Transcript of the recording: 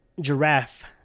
Giraffe